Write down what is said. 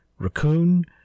Raccoon